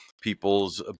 people's